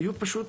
היו פשוט